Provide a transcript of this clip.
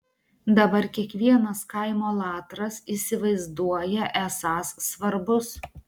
dabar kiekvienas kaimo latras įsivaizduoja esąs svarbus